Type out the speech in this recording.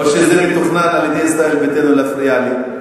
או שזה מתוכנן על-ידי ישראל ביתנו להפריע לי?